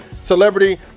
celebrity